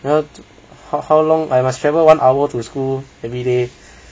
you know how how long I must travel one hour to school every day